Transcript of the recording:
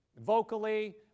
vocally